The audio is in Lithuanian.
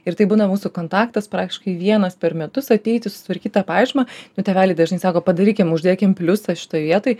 ir tai būna mūsų kontaktas praktiškai vienas per metus ateiti sutvarkyt tą pažymą o tėveliai dažnai sako padarykim uždėkim pliusą šitoj vietoj